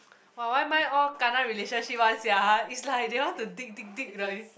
!wah! why mine all kena relationship one sia it's like they want to dig dig dig like